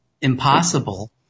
impossible